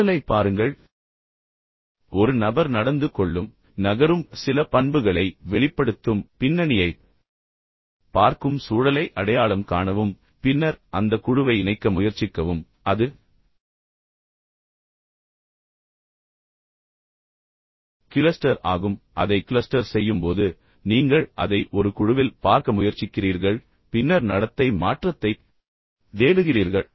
சூழலைப் பாருங்கள் ஒரு நபர் நடந்து கொள்ளும் நகரும் சில பண்புகளை வெளிப்படுத்தும் பின்னணியைப் பார்க்கும் சூழலை அடையாளம் காணவும் பின்னர் அந்த குழுவை இணைக்க முயற்சிக்கவும் அது கிளஸ்டர் ஆகும் அதை க்ளஸ்டர் செய்யும்போது நீங்கள் அதை ஒரு குழுவில் பார்க்க முயற்சிக்கிறீர்கள் பின்னர் நடத்தை மாற்றத்தைத் தேடுகிறீர்கள்